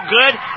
good